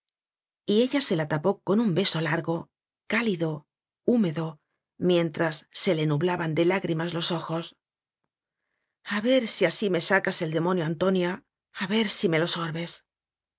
boca y ella se la tapó con un beso largo cá lido húmedo mientras se le nublaban de lá grimas los ojos a ver si así me sacas el demonio anto nia a ver si me lo sorbes